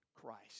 Christ